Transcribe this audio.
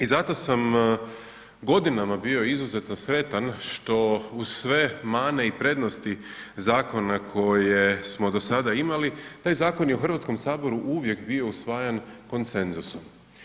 I zato sam godinama bio izuzetno sretan što uz sve mane i prednosti koje smio dosada imali, taj zakon je u Hrvatskom saboru uvijek bio usvajan konsenzusom.